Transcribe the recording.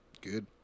Good